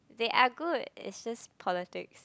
they are good it's just politics